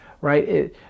right